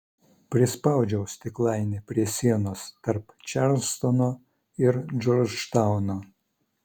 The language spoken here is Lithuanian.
prispaudžiau stiklainį prie sienos tarp čarlstono ir džordžtauno